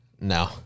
no